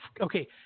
okay